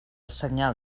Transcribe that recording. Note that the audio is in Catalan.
senyal